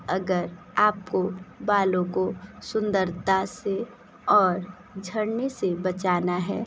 अगर आपको बालों को सुंदरता से और झड़ने से बचाना है